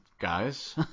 guys